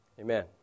Amen